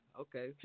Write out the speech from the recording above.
Okay